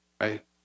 Right